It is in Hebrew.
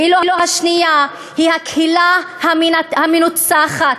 ואילו השנייה היא הקהילה המנוצחת,